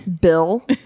Bill